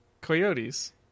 coyotes